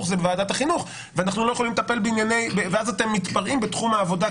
זה בוועדת החינוך ואז אתם מתפרעים בתחום העבודה,